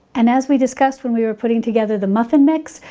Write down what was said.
and as we discussed when we were putting together the muffin mix,